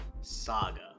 saga